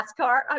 NASCAR